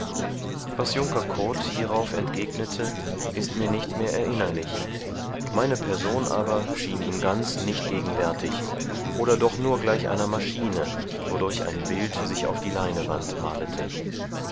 was junker kurt hierauf entgegnete ist mir nicht mehr erinnerlich meine person aber schien ihm ganz nicht gegenwärtig oder doch nur gleich einer maschine wodurch ein bild sich auf die leinewand malete